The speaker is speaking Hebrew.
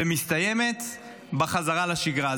ומסתיימת בחזרה לשגרה.